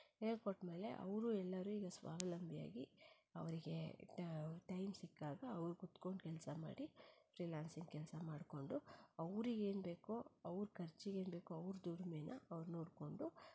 ಹೇಳ್ಕೊಟ್ಟ ಮೇಲೆ ಅವರೂ ಎಲ್ಲರೂ ಈಗ ಸ್ವಾವಲಂಬಿಯಾಗಿ ಅವರಿಗೆ ಟೈಮ್ ಸಿಕ್ಕಾಗ ಅವ್ರು ಕುತ್ಕೊಂಡು ಕೆಲಸ ಮಾಡಿ ಫ್ರೀಲಾನ್ಸಿಂಗ್ ಕೆಲಸ ಮಾಡಿಕೊಂಡು ಅವ್ರಿಗೆ ಏನು ಬೇಕೋ ಅವ್ರ ಖರ್ಚಿಗೆ ಏನು ಬೇಕೋ ಅವ್ರ ದುಡ್ಮೆ ಅವ್ರು ನೋಡಿಕೊಂಡು